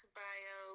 bio